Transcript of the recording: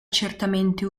certamente